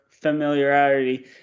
familiarity